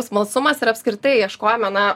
smalsumas ir apskritai ieškojome na